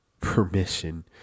permission